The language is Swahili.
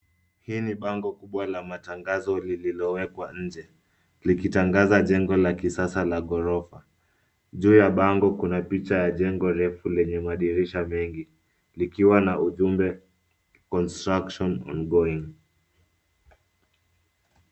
Hii ni bango kubwa la matangazo lililowekwa nje. Likitangaza jengo la kisasa la ghorofa. Juu ya bango kuna picha ya jengo refu lenye madirisha mengi. Likiwa na ujumbe, contsruction ongoing .